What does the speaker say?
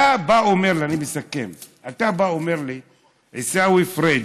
אתה בא ואומר לי, אני מסכם: עיסאווי פריג',